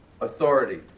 authority